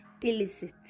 Illicit